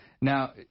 Now